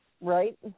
Right